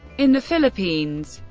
in the philippines,